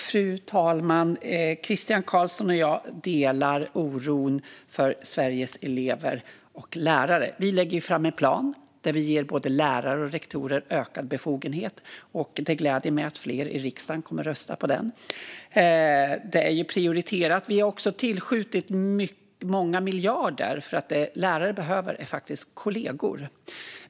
Fru talman! Christian Carlsson och jag delar oron för Sveriges elever och lärare. Regeringen lägger fram en plan där vi ger både lärare och rektorer ökad befogenhet. Det gläder mig att fler i riksdagen kommer att rösta för förslaget. Detta är prioriterat. Vi har också tillskjutit många miljarder, för lärare behöver kollegor.